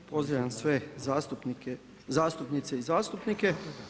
Pozdravljam sve zastupnice i zastupnike.